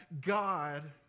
God